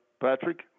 Patrick